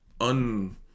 un